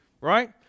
right